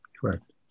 Correct